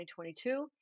2022